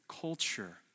culture